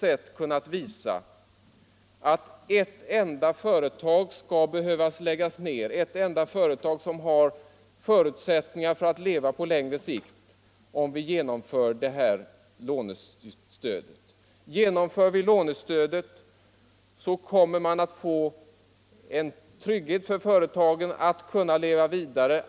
Centerpartiet har inte heller på något sätt kunnat göra troligt att något enda företag, som har förutsättningar att leva på längre sikt, skall behöva läggas ner, om det här lånestödet genomförs. Detta stöd innebär tvärtom att företagens fortsatta existens tryggas.